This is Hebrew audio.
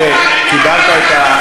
אוקיי, קיבלת.